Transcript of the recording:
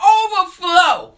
overflow